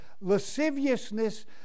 Lasciviousness